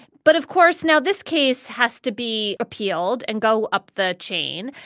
but of course, now this case has to be appealed and go up the chain.